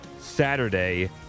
Saturday